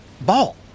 ball